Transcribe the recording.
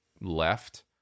left